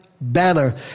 banner